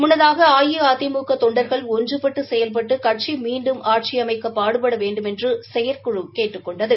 முன்னதாக அஇஅதிமுக தொண்டர்கள் ஒன்றுபட்டு செயல்பட்டு கட்சி மீண்டும் ஆட்சி அமைக்க பாடுபட வேண்டுமென்று செயற்குழு கேட்டுக் கொண்டது